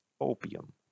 opium